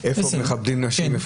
איפה מכבדים נשים,